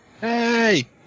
Hey